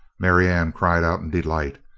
marianne cried out in delight.